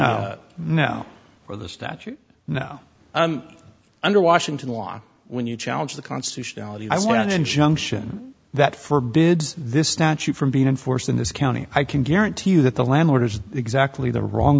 the now or the statute now under washington law when you challenge the constitutionality i want injunction that forbids this statute from being enforced in this county i can guarantee you that the landlord is exactly the wrong